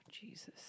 Jesus